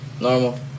normal